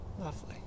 lovely